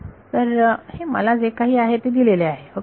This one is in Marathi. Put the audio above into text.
तर हे मला जे काही आहे ते दिलेले आहे ओके